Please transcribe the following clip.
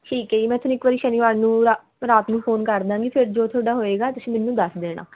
ਠੀਕ ਹੈ ਜੀ ਮੈਂ ਤੁਹਾਨੂੰ ਇੱਕ ਵਾਰੀ ਸ਼ਨੀਵਾਰ ਨੂੰ ਰਾਤ ਰਾਤ ਨੂੰ ਫੋਨ ਕਰ ਦਾਂਗੀ ਫਿਰ ਜੋ ਤੁਹਾਡਾ ਹੋਏਗਾ ਤੁਸੀਂ ਮੈਨੂੰ ਦੱਸ ਦੇਣਾ